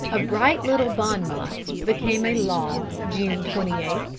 a bright little bon mot, became a law june twenty eight,